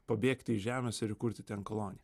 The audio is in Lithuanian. pabėgti iš žemės ir įkurti ten koloniją